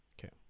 okay